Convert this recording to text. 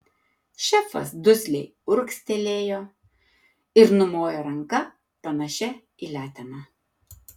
šefas dusliai urgztelėjo ir numojo ranka panašia į leteną